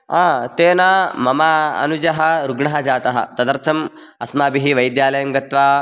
आं तेन मम अनुजः रुग्णः जातः तदर्थम् अस्माभिः वैद्यालयं गत्वा